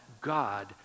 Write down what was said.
God